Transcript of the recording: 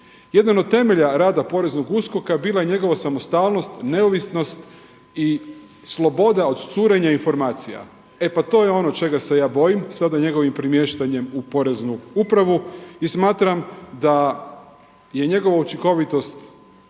Jedan od temelja rada poreznog USKOK-a bila je njegova samostalnost, neovisnost i sloboda od curenja informacija. E pa to je ono čega se ja bojim sada njegovim premiještanjem u poreznu upravu i smatram da je njegova učinkovitost